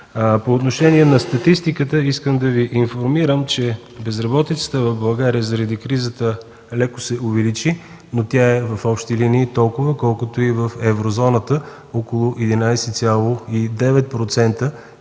По отношение на статистиката искам да Ви информирам, че безработицата в България заради кризата леко се увеличи, но тя е в общи линии толкова, колкото и в Еврозоната – около 11,9%